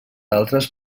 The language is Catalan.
altres